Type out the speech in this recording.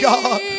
God